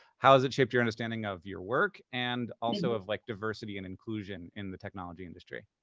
how has it shaped your understanding of your work and also of, like, diversity and inclusion in the technology industry?